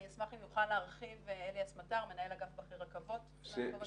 אני אשמח אם אליאס מטר מנהל אגף בכיר רכבות יוכל להרחיב.